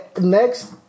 Next